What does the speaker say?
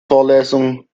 vorlesung